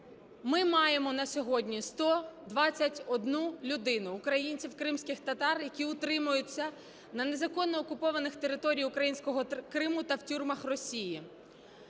ми маємо на сьогодні 121 людину українців - кримських татар, які утримуються на незаконно окупованих територіях українського Криму та в тюрмах Росії.